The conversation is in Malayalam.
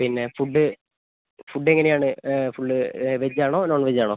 പിന്നെ ഫുഡ് ഫുഡ് എങ്ങനെയാണ് ഫുഡ് വെജ് ആണോ നോൺ വെജാണോ